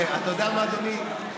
אתה יודע מה, אדוני?